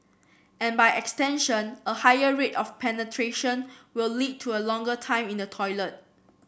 and by extension a higher rate of penetration will lead to a longer time in the toilet